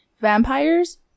vampires